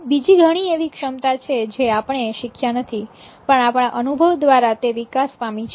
બીજી ઘણી એવી ક્ષમતા છે જે આપણે શીખ્યા નથી પણ આપણા અનુભવ દ્વારા તે વિકાસ પામી છે